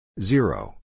Zero